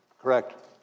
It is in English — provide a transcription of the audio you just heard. Correct